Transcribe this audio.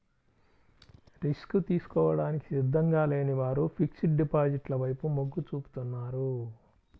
risk తీసుకోవడానికి సిద్ధంగా లేని వారు ఫిక్స్డ్ డిపాజిట్ల వైపు మొగ్గు చూపుతున్నారు